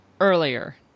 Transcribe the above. earlier